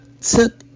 took